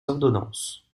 ordonnances